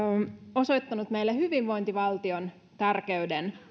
osoittanut meille hyvinvointivaltion tärkeyden